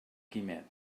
quimet